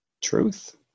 Truth